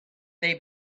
they